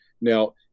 Now